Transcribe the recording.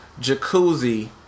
jacuzzi